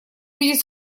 увидеть